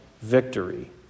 victory